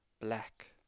black